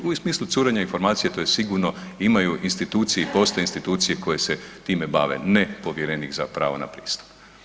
U smislu curenja informacija, to je sigurno, imaju institucije, postoje institucije koje se time bave, ne povjerenik za pravo na pristup.